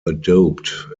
adopt